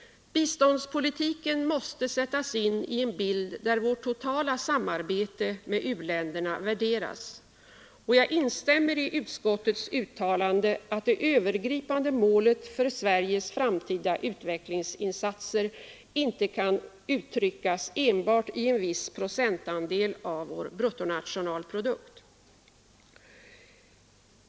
Biståndspolitiken måste sättas in i en bild, där vårt totala samarbete med u-länderna värderas. Jag instämmer i utskottets uttalande, att det övergripande målet för Sveriges framtida utvecklingsinsatser inte kan uttryckas enbart i en viss procentandel av vår bruttonationalprodukt.